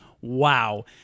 Wow